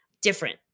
different